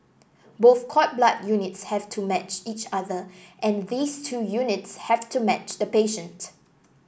both cord blood units have to match each other and these two units have to match the patient